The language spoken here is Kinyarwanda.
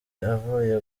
avuye